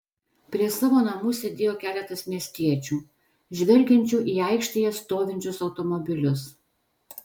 prie savo namų sėdėjo keletas miestiečių žvelgiančių į aikštėje stovinčius automobilius